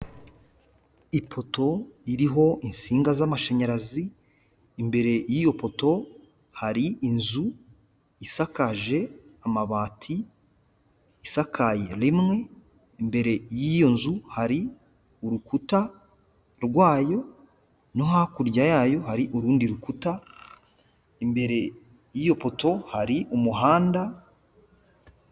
Ipoto iriho insinga z'amashanyarazi, imbere y'iyo poto hari inzu isakaje amabati, isakaye rimwe, imbere y'iyo nzu hari urukuta rwayo no hakurya yayo hari urundi rukuta, imbere y'iyo poto hari umuhanda.